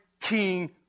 king